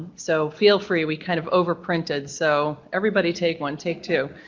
so feel free. we kind of over printed, so everybody take one, take two.